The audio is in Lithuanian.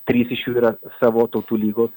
trys iš jų yra savo tautų lygos